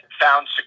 found